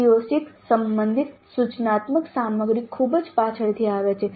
CO6 સંબંધિત સૂચનાત્મક સામગ્રી ખૂબ જ પાછળથી આવે છે